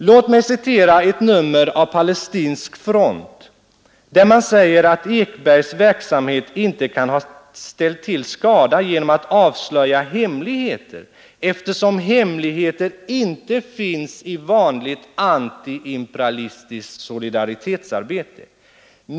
Låt mig citera ett nummer av Palestinsk Front där man säger att Ekbergs verksamhet inte kan ha ställt till skada genom att avslöja ”hemligheter”, eftersom hemligheter inte finns i vanligt antiimperialistiskt solidaritetsarbete.